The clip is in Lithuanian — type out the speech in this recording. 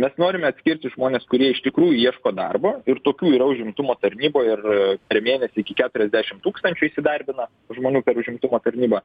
mes norime atskirti žmones kurie iš tikrųjų ieško darbo ir tokių yra užimtumo tarnyboje ir per mėnesį iki keturiasdešim tūkstančių įsidarbina žmonių užimtumo tarnyba